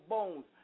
Bones